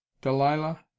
delilah